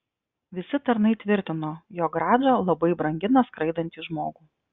visi tarnai tvirtino jog radža labai brangina skraidantį žmogų